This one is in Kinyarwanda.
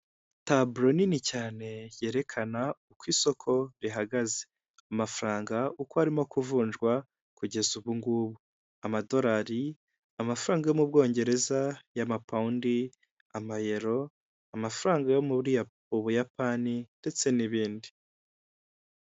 Taburo nini cyane yerekana uko isoko rihagaze amafaranga uko arimo kuvunjwa kugeza ubu ngubu, amadolari, amafaranga yo mu Bwongereza y'amapawunndi, amayero, amafaranga yo muri Buyapani ndetse n'ibindi.